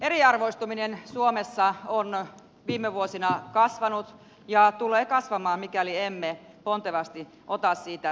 eriarvoistuminen suomessa on viime vuosina kasvanut ja tulee kasvamaan mikäli emme pontevasti ota siitä otetta